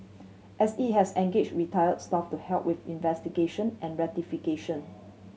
and it has engaged retired staff to help with investigation and rectification